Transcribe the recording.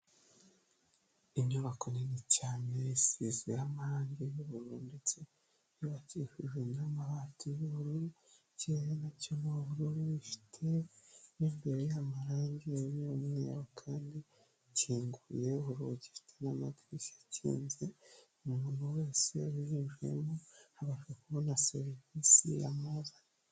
Inyubako nini cyane isize amarangi y'ubururu ndetse yubakishijwe n'amabati y'ubururu. Ikirere nacyo ni ubururu. Ifite mo imbere amarangi y'umweru kandi ikinguye urugi ifite n'amadirishya akinze. Umuntu wese uyinjiyemo abasha kubona serivisi abaza.